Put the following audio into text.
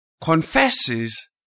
confesses